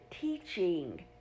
teaching